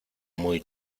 muy